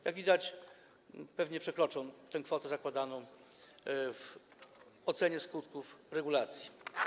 Jak widać, pewnie przekroczą kwotę zakładaną w ocenie skutków regulacji.